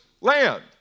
land